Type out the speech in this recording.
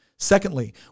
Secondly